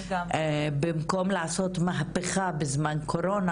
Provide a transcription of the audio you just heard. במקום לעשות מהפכה בזמן קורונה,